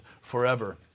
forever